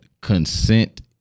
consent